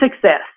success